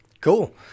Cool